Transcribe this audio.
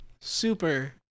super